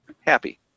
Happy